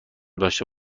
داشته